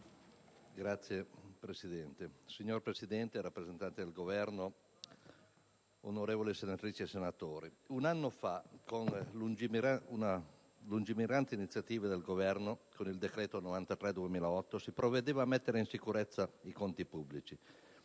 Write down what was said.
Signor Presidente, signor rappresentante del Governo, onorevoli senatrici e senatori, un anno fa, e con una lungimirante iniziativa del Governo, con il decreto-legge n. 93 del 2008, si provvedeva a mettere in sicurezza i conti pubblici